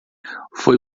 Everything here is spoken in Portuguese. foi